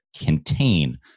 contain